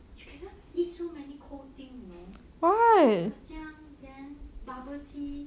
you cannot eat so many cold thing you know ice kacang then bubble tea